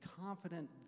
confident